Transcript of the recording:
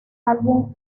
álbum